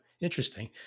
Interesting